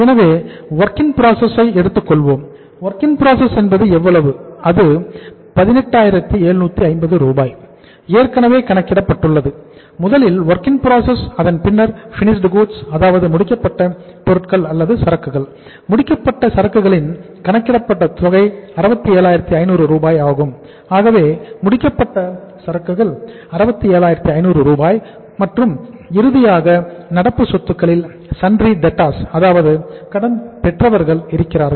எனவே work in process அதாவது கடன் பெற்றவர்கள் இருக்கிறார்கள்